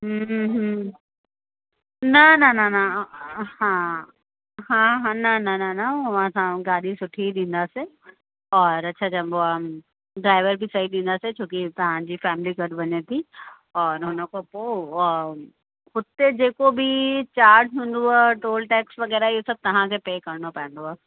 हम्म हम्म न न न न हा हा हा न न न असां गाॾी सुठी ई ॾींदासीं और छा चइबो आहे ड्राइवर बि सही ॾींदासीं छो कि तव्हांजी फ़ैमिली गॾु वञे थी और हुन खां पोइ उहा हुते जेको बि चार्ज हूंदव टोल टैक्स वग़ैरह इहो सभु तव्हांखे पे करिणो पवंदव